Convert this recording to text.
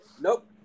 nope